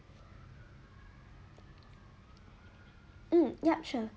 um yup sure